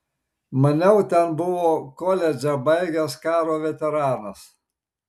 maniau ten buvo koledžą baigęs karo veteranas